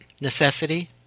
necessity